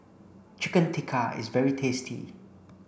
Chicken Tikka is very tasty